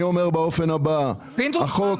אני אומר באופן הבא: החוק,